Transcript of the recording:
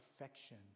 affection